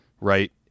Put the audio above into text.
right